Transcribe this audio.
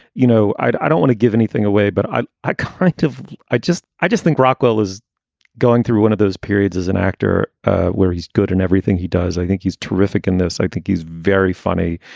you know, i i don't want wanna give anything away, but i i kind of i just i just think rockwell is going through one of those periods as an actor where he's good in everything he does. i think he's terrific in this. i think he's very funny.